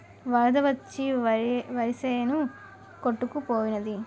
వరద వచ్చి వరిసేను కొట్టుకు పోనాది